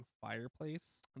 fireplace